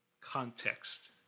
context